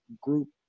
group